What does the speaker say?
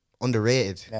underrated